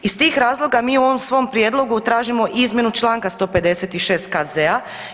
Iz tih razloga mi u ovom svom prijedlogu tražimo izmjenu čl. 156.